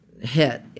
hit